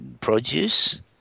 produce